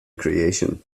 creation